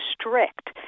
strict